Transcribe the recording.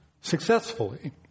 successfully